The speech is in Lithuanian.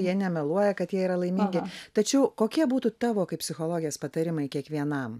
jie nemeluoja kad jie yra laimingi tačiau kokie būtų tavo kaip psichologės patarimai kiekvienam